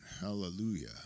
hallelujah